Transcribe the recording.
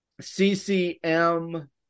CCM